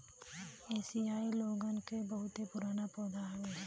एसिआई लोगन क बहुते पुराना पौधा हौ